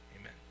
Amen